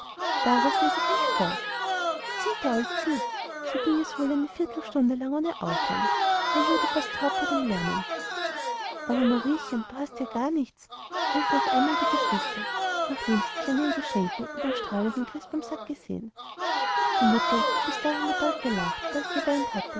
daraus lese ich euch vor zieh gaul zieh so ging es wohl eine viertelstunde lang ohne aufhören man wurde fast taub von dem lärmen aber mariechen du hast ja gar nichts riefen auf einmal die geschwister nachdem sie sich an ihren geschenken und dem strahlenden christbaum satt gesehen die mutter die bis dahin nur bald gelacht bald geweint hatte